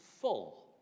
full